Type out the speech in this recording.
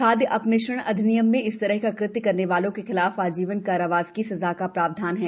खादय अपमिश्रण अधिनियम में इस तरह का कृत्य करने वालों के खिलाफ आजीवन कारावास की सजा का प्रावधान है